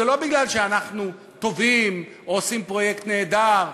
זה לא מפני שאנחנו טובים או עושים פרויקט נהדר.